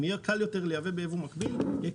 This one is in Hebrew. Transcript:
אם יהיה קל יותר לייבא ביבוא מקביל יהיה